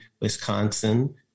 Wisconsin